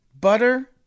Butter